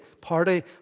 party